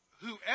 Whoever